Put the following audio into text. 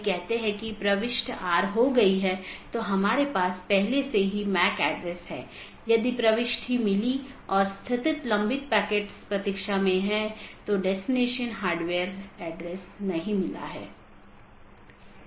दूसरा अच्छी तरह से ज्ञात विवेकाधीन एट्रिब्यूट है यह विशेषता सभी BGP कार्यान्वयन द्वारा मान्यता प्राप्त होनी चाहिए